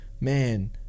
man